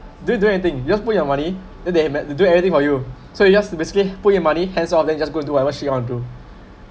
don't do anything you just put your money then they may they do everything for you so you just basically put in money hands off then you just go and do whatever shit you want to do